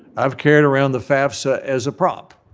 i've carried around the fafsa as a prop